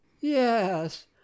Yes